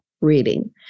reading